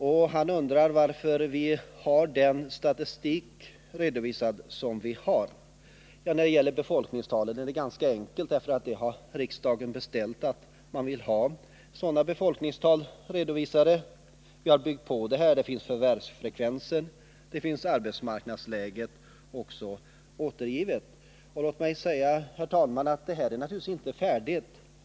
Jörn Svensson undrar också varför vi har den statistikredovisning som vi har. När det gäller uppföljningstalen är det ganska enkelt att ge ett svar: riksdagen har bestämt att den vill ha sådana befolkningstal redovisade. Vi har också byggt på med uppgifter om förvärvsfrekvenser och om arbetsmarknadsläget. Låt mig sedan, herr talman, säga att detta arbete naturligtvis inte är färdigt.